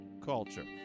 culture